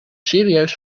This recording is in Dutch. serieus